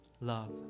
love